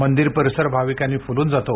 मंदिर परिसर भाविकांनी फुलून जातो